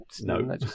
no